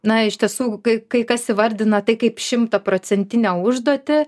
na iš tiesų kai kai kas įvardina tai kaip šimtaprocentinę užduotį